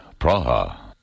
Praha